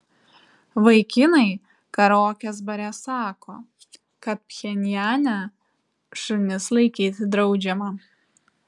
vaikinai karaokės bare sako kad pchenjane šunis laikyti draudžiama